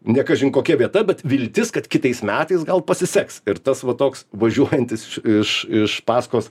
ne kažin kokia vieta bet viltis kad kitais metais gal pasiseks ir tas va toks važiuojantis iš iš paskos